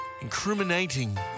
incriminating